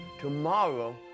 Tomorrow